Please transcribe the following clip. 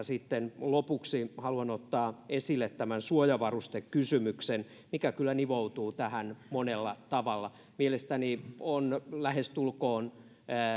sitten lopuksi haluan ottaa esille tämän suojavarustekysymyksen mikä kyllä nivoutuu tähän monella tavalla mielestäni on lähestulkoon